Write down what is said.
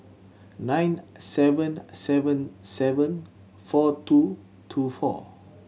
nine seven seven seven four two two four